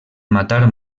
matar